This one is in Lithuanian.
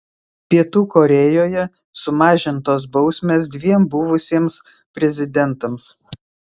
pietų korėjoje sumažintos bausmės dviem buvusiems prezidentams